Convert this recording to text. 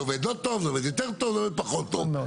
זה עובד לא טוב, זה עובד יותר טוב, עובד פחות טוב.